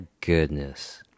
goodness